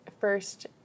first